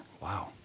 wow